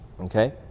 okay